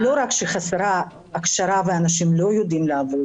לא רק שחסרה הכשרה ואנשים לא יודעים לעבוד